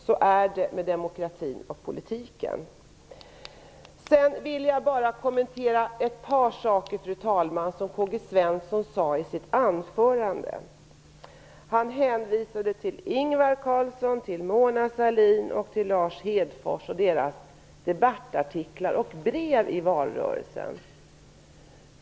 Så är det med demokratin och politiken. Sedan vill jag kommentera ett par saker i Karl Gösta Svensons anförande. Han hänvisade till Ingvar Carlsson, Mona Sahlin och Lars Hedfors och till deras debattartiklar och brev i valrörelsen.